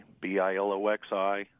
B-I-L-O-X-I